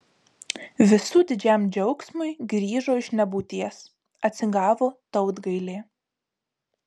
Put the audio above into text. visų didžiam džiaugsmui grįžo iš nebūties atsigavo tautgailė